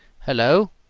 hello!